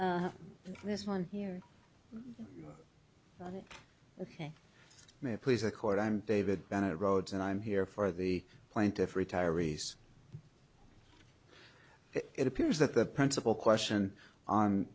and this one here ok may please accord i'm david bennett rhodes and i'm here for the plaintiff retirees it appears that the principal question on